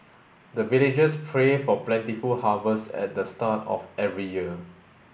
the villagers pray for plentiful harvest at the start of every year